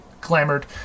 clamored